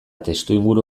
testuinguru